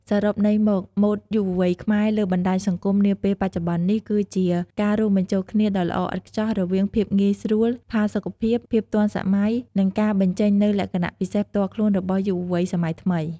សរុបន័យមក ម៉ូដយុវវ័យខ្មែរលើបណ្ដាញសង្គមនាពេលបច្ចុប្បន្ននេះគឺជាការរួមបញ្ចូលគ្នាដ៏ល្អឥតខ្ចោះរវាងភាពងាយស្រួល ផាសុកភាព ភាពទាន់សម័យ និងការបញ្ចេញនូវលក្ខណៈពិសេសផ្ទាល់ខ្លួនរបស់យុវវ័យសម័យថ្មី។